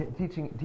teaching